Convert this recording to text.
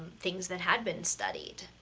things that had been studied.